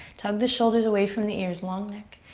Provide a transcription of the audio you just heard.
tug the shoulders away from the ears. long neck.